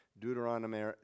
Deuteronomy